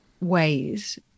ways